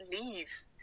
leave